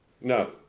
No